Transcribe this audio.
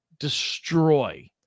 destroy